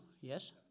yes